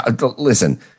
Listen